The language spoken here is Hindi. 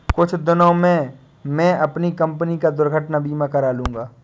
कुछ दिनों में मैं अपनी कंपनी का दुर्घटना बीमा करा लूंगा